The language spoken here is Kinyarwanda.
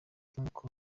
k’inkoko